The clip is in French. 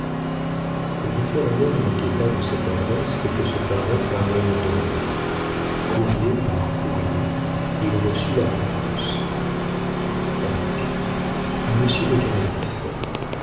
le référendaire ne manquait pas de cette adresse que peut se permettre un homme d'honneur courrier par courrier il reçut la réponse v